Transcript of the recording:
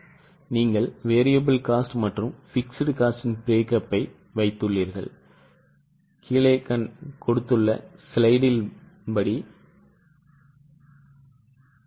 இப்போது நீங்கள் variable cost மற்றும் fixed cost ன் பிரேக்கப்பை வைத்துள்ளீர்கள்